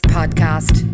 Podcast